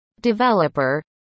developer